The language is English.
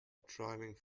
driving